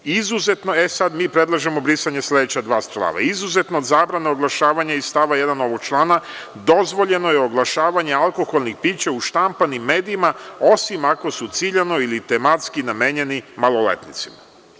Izuzetno, sada mi predlažemo brisanje sledeća dva stava, izuzetno od zabrana oglašavanja iz stava 1. ovog člana, dozvoljeno je oglašavanje alkoholnih pića u štampanim medijima, osim ako su ciljano ili tematski namenjeni maloletnicima.